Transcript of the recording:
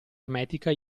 ermetica